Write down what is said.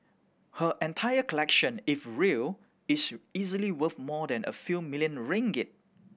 her entire collection if real is easily worth more than a few million ringgit